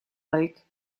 lake